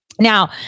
Now